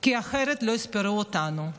כי אחרת לא יספרו אותנו.